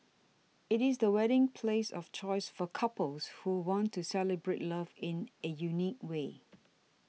it is the wedding place of choice for couples who want to celebrate love in a unique way